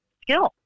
skill